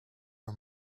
her